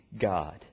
God